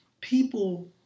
people